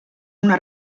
una